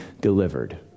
delivered